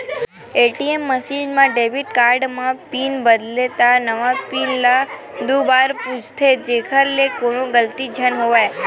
ATM machine म debit card म pin बदलबे त नवा पिन ल दू बार पूछथे जेखर ले कोनो गलती झन होवय